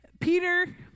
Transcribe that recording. Peter